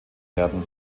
werden